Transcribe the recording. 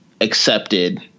accepted